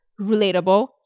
Relatable